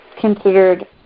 considered